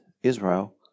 Israel